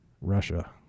Russia